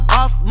off